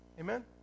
Amen